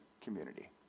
community